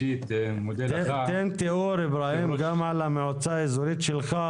גם על המועצה האזורית שלך,